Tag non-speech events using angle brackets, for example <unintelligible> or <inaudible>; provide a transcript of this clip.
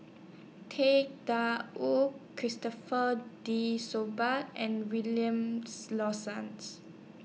<unintelligible> DA Wu Christopher De <unintelligible> and Williams Lawson's